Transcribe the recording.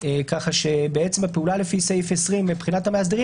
ככה שהפעולה לפי סעיף 20 מבחינת המאסדרים